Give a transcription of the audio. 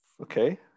Okay